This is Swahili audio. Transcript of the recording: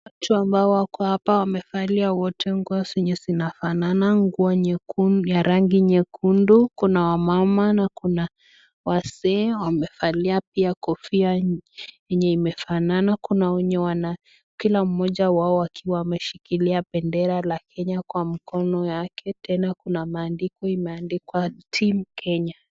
Watu ambao wako hapa wamevalia wote nguo zenye zimefanana, nguo ya rangi nyekundu Kuna wamama Na Kuna wazee wamevalia pia kofia yenye imefanana, Kuna wenye wana...kila mmoja akiwa ameshikilia bendera ya Kenya Kwa mkono yake, Tena Kuna maandiko imeandikwa Timu Kenya.